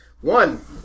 One